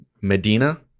Medina